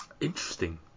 Interesting